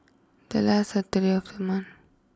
the last Saturday of the month